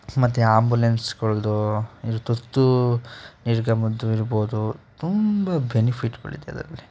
ಮತ್ತು ಆ್ಯಂಬುಲೆನ್ಸ್ಗಳದ್ದೂ ಈ ತುರ್ತು ನಿರ್ಗಮನದ್ದು ಇರ್ಬೋದು ತುಂಬ ಬೆನಿಫಿಟ್ಗಳಿದೆ ಅದರಲ್ಲಿ